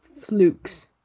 flukes